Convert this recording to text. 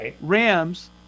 Rams